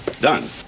done